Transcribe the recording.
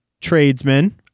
tradesman